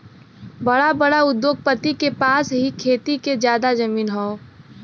बड़ा बड़ा उद्योगपति के पास ही खेती के जादा जमीन हौ